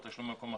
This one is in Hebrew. תשלום במקום אחר?